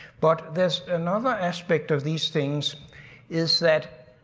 but there's another aspect of these things is that.